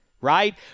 Right